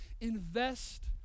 invest